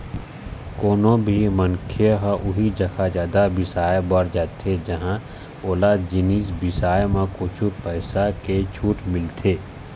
कोनो भी मनखे ह उही जघा जादा बिसाए बर जाथे जिंहा ओला जिनिस बिसाए म कुछ पइसा के छूट मिलथे